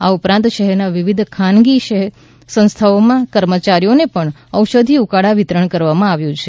આ ઉપરાંત શહેરના વિવિધ ખાનગી જાહેર સંસ્થાઓના કર્મચારીઓને પણ ઔષધી ઉકાળા વિતરણ કરવામાં આવ્યું છે